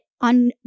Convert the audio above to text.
on